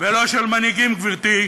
ולא של מנהיגים, גברתי,